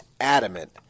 adamant